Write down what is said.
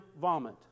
vomit